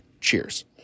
Cheers